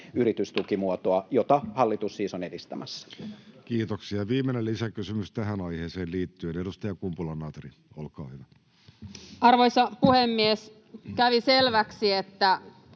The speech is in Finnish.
koputtaa] jota hallitus siis on edistämässä. Kiitoksia. — Viimeinen lisäkysymys tähän aiheeseen liittyen, edustaja Kumpula-Natri, olkaa hyvä. Arvoisa puhemies! Kävi selväksi, että